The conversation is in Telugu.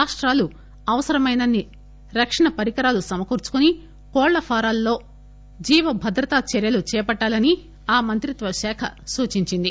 రాష్టాలు అవసరమైనన్ని రక్షణ పరికరాలు సమకూర్చుకొని కోళ్ల ఫారాలలో జీవ భద్రతా చర్యలు చేపట్టాలని ఆ మంత్రిత్వశాఖ సూచించింది